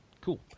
cool